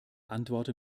antworte